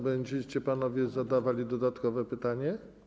Będziecie panowie zadawali dodatkowe pytanie?